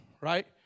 right